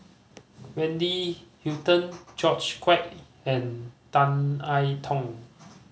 Wendy Hutton George Quek and Tan I Tong